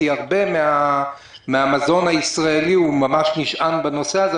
הרבה מן המזון הישראלי ממש נשען על זה.